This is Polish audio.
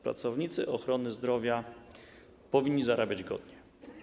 Pracownicy ochrony zdrowia powinni zarabiać godnie.